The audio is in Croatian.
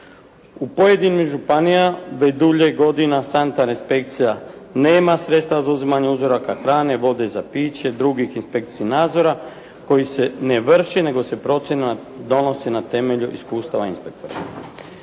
U pojedinim županijama već dulje godina sanitarna inspekcija nema sredstva za uzimanje uzoraka hrane, vode za piće, drugih inspekcijskih nadzora koji se ne vrši nego se procjena donosi na temelju iskustva inspektora.